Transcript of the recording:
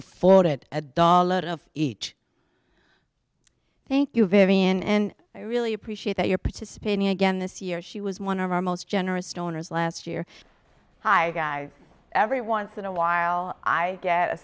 of each thank you vivian and i really appreciate that you're participating again this year she was one of our most generous donors last year hi guys every once in a while i get a